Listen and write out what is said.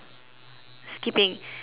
skipping and then